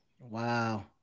Wow